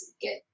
get